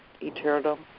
eternal